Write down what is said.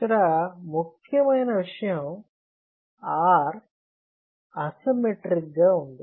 ఇక్కడ ముఖ్యమైన విషయం R అసిమ్మెట్రీక్ గా ఉంది